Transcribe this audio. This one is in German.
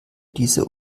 diese